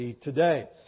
today